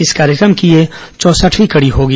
इस कार्यक्रम की यह चौंसठवीं कड़ी होगी